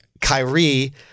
Kyrie—